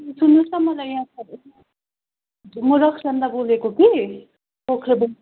सुन्नुहोस न मलाई म रक्सन्दा बोलेको कि पोख्रेबुङबाट